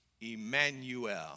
Emmanuel